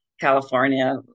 California